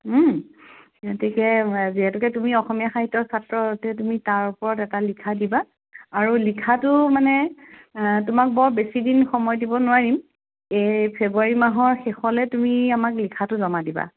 গতিকে যিহেতুকে তুমি অসমীয়া সাহিত্যৰ ছাত্ৰ গতিকে তুমি তাৰ ওপৰত এটা লিখা দিবা আৰু লিখাটো মানে তোমাক বৰ বেছিদিন সময় দিব নোৱাৰিম এই ফেব্ৰুৱাৰী মাহৰ শেষলৈ তুমি আমাক লিখাটো জমা দিবা